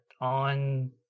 on